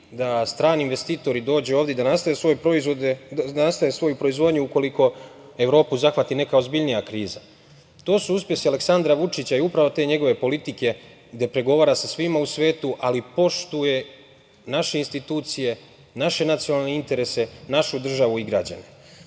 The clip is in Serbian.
da strani investitori dođu ovde i da nastave svoju proizvodnju ukoliko Evropu zahvati neka ozbiljnija kriza. To su uspesi Aleksandra Vučića i upravo te njegove politike gde pregovara sa svima u svetu, ali poštuje naše institucije, naše nacionalne interese, našu državu i građane. Pored